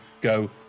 go